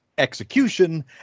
execution